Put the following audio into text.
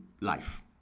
life